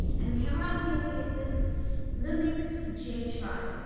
and the camera i'm using is this lumix g h five.